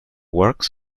works